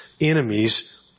enemies